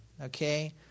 Okay